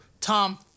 Tom